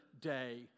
day